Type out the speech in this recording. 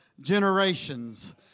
generations